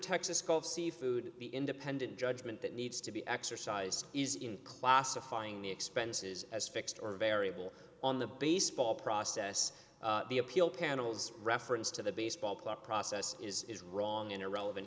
texas gulf seafood the independent judgment that needs to be exercised is in classifying the expenses as fixed or variable on the baseball process the appeal panels reference to the baseball player process is wrong in irrelevant